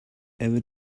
ever